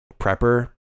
prepper